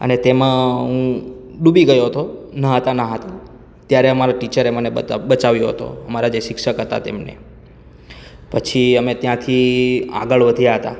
અને તેમાં હું ડૂબી ગયો હતો ન્હાતા ન્હાતા ત્યારે અમારા ટીચરે મને બતા બચાવ્યો હતો અમારા જે શિક્ષક હતા તેમણે પછી અમે ત્યાંથી આગળ વધ્યા હતા